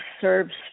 serves